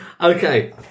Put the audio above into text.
Okay